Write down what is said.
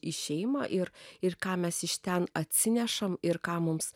į šeimą ir ir ką mes iš ten atsinešam ir ką mums